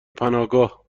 پناهگاه